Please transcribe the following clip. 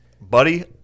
buddy